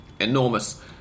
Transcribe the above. enormous